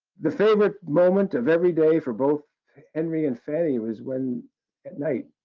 the favorite moment of every day for both henry and fanny was when at night,